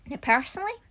personally